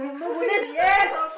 yeah